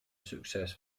success